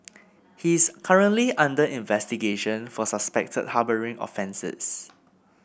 he is currently under investigation for suspected harbouring offences